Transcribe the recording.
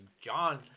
John